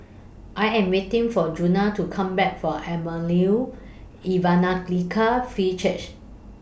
I Am waiting For Juana to Come Back from Emmanuel Evangelical Free Church